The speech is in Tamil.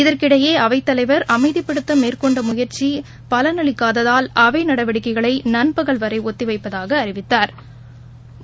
இதற்கிடையே அவைத்தலைவர் அமைதிப்படுத்த மேற்கொண்ட முயற்சி பலனளிக்காததால் அவை நடவடிக்கைகளை நண்பகல் வரை ஒத்தி வைப்பதாக அறிவித்தாா்